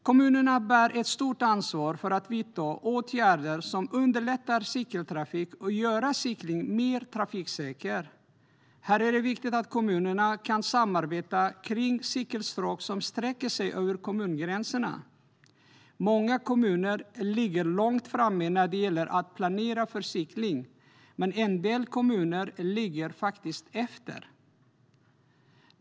Kommunerna bär ett stort ansvar för att vidta åtgärder som underlättar cykeltrafik och gör cykling mer trafiksäkert. Här är det viktigt att kommunerna kan samarbeta kring cykelstråk som sträcker sig över kommungränserna. Många kommuner ligger långt framme när det gäller att planera för cykling, men en del kommuner ligger efter.